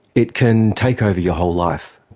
it can take over your whole life,